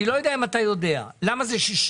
אני לא יודע אם אתה יודע, למה זה 60-40?